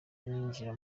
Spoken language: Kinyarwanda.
yinjira